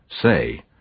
Say